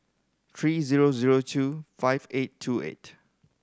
three zero zero two five eight two eight